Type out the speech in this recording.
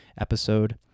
episode